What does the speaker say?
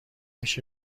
میشه